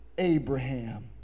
Abraham